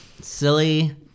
silly